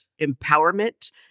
empowerment